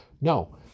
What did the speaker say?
No